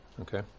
okay